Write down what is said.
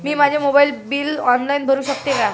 मी माझे mobile bill online भरू शकते का?